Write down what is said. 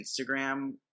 Instagram